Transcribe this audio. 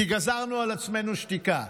כי גזרנו על עצמנו שתיקה.